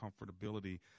comfortability